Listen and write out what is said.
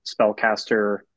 Spellcaster